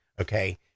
okay